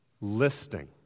listing